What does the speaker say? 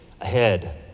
ahead